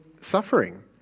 suffering